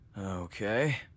Okay